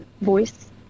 voice